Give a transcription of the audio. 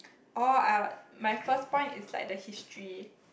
orh uh my first point is like the history